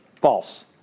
false